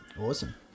Awesome